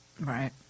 Right